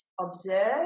observe